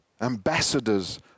ambassadors